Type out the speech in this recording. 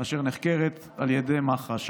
אשר נחקרת על ידי מח"ש,